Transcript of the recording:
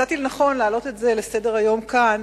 מצאתי לנכון להעלות את זה לסדר-היום כאן